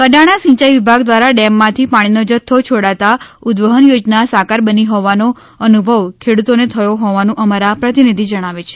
કડાણા સિંચાઇ વિભાગ દ્વારા ડેમમાંથી પાણીનો જથ્થો છોડાતા ઉદવહન યોજના સાકર બની હોવાનો અનુભવ ખેડૂતોને થયો હોવાનું અમારા પ્રતિનિધિ જણાવે છે